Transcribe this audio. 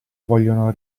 vogliono